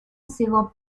civil